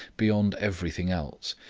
beyond everything else,